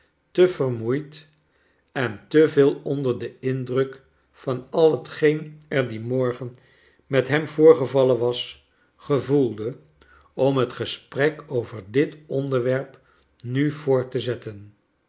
te vermoeid en te veel onder den indruk van al hetgeen er dien morgen met hem voorgevallen was gevoelde om het gesprek over dit onder werp nu voort te zetten